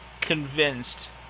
convinced